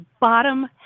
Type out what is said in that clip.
bottom